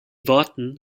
worten